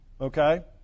okay